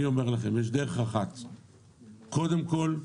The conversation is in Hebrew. קודם כול,